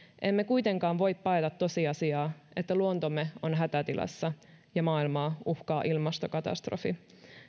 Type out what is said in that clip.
emme kuitenkaan voi paeta tosiasiaa että luontomme on hätätilassa ja maailmaa uhkaa ilmastokatastrofi